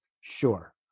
Sure